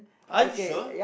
are you sure